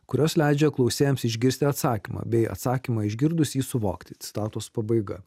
kurios leidžia klausėjams išgirsti atsakymą bei atsakymą išgirdus jį suvokti citatos pabaiga